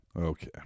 Okay